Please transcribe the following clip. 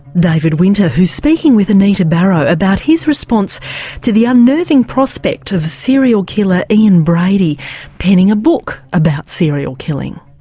david winter, who's speaking with anita barraud about his response to the unnerving prospect of serial killer ian brady penning a book about serial killing.